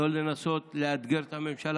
לא לנסות לאתגר את הממשלה.